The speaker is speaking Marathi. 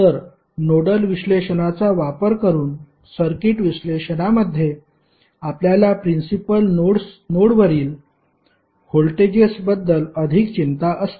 तर नोडल विश्लेषणाचा वापर करून सर्किट विश्लेषणामध्ये आपल्याला प्रिन्सिपल नोडवरील व्होल्टेजेसबद्दल अधिक चिंता असते